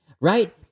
Right